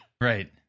Right